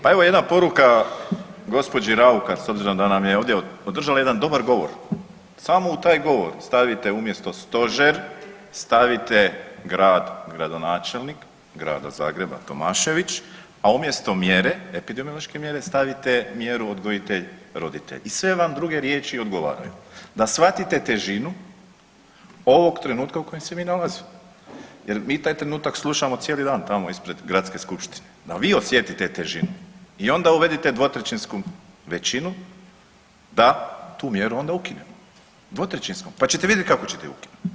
Pa evo jedna poruka gospođi RAukar s obzorom da nam je ovdje održala jedan dobar govor, samo u taj govor stavite umjesto stožer, staviti grad, gradonačelnik grada Zagreba Tomašević, a umjesto mjere, epidemiološke mjere stavite mjeru odgojitelj-roditelj i sve vam druge riječi odgovaraju da shvatite težinu ovog trenutka u kojem se mi nalazimo jer mi taj trenutak slušamo cijeli dan tamo ispred Gradske skupštine, da vi osjetite težinu i onda uvedite dvotrećinsku većinu da tu mjeru onda ukinemo, dvotrećinskom pa ćete vidjeti kako ćete je ukinuti.